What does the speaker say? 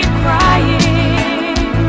crying